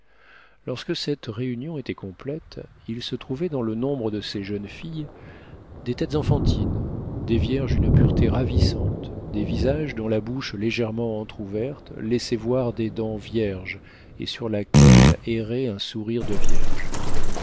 lorsque cette réunion était complète il se trouvait dans le nombre de ces jeunes filles des têtes enfantines des vierges d'une pureté ravissante des visages dont la bouche légèrement entr'ouverte laissait voir des dents vierges et sur laquelle errait un sourire de vierge